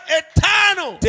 eternal